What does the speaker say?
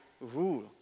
rule